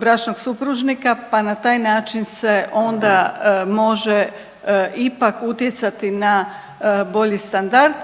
bračnog supružnika pa na taj način se onda može ipak utjecati na bolji standard